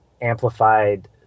amplified